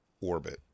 orbit